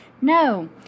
No